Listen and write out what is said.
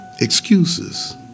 excuses